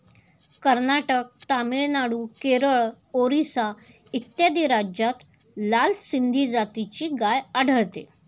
कर्नाटक, तामिळनाडू, केरळ, ओरिसा इत्यादी राज्यांत लाल सिंधी जातीची गाय आढळते